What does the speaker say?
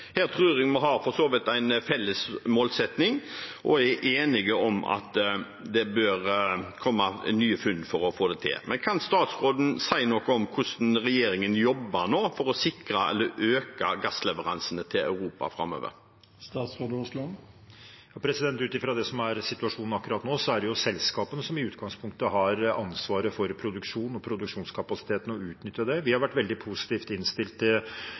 Her tror jeg for så vidt vi har en felles målsetting og er enige om at det bør komme nye funn for å få det til, men kan statsråden si noe om hvordan regjeringen nå jobber for å sikre eller øke gassleveransene til Europa framover? Ut fra det som er situasjonen akkurat nå, er det selskapene som i utgangspunktet har ansvaret for produksjon og produksjonskapasitet og å utnytte det. Vi har vært veldig positivt innstilt